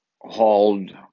hauled